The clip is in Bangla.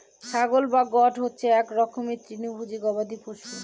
ছাগল বা গোট হচ্ছে এক রকমের তৃণভোজী গবাদি পশু